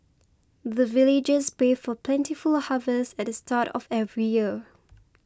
the villagers pray for plentiful harvest at the start of every year